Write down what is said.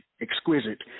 exquisite